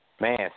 Man